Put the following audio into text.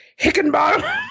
Hickenbottom